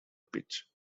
pitch